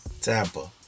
Tampa